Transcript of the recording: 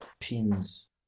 pins